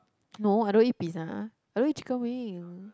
no I don't eat pizza I don't eat chicken wing